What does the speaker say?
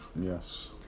Yes